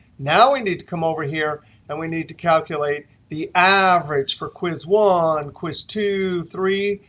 now we need to come over here and we need to calculate the average for quiz one, quiz two, three,